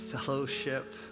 fellowship